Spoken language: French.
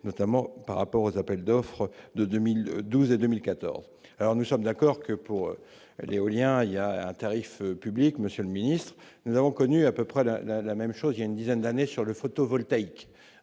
notamment par rapport aux appels d'offres de 2012 et 2014, alors nous sommes d'accord que pour l'éolien, il y a un tarif public Monsieur le Ministre, nous avons connu à peu près la la même chose il y a une dizaine d'années sur le photovoltaïque